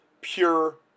pure